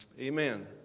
amen